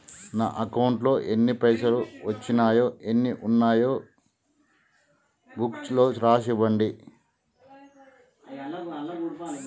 నా అకౌంట్లో ఎన్ని పైసలు వచ్చినాయో ఎన్ని ఉన్నాయో బుక్ లో రాసి ఇవ్వండి?